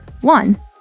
one